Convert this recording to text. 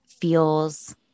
feels